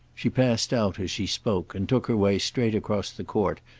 she passed out as she spoke and took her way straight across the court,